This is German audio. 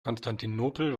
konstantinopel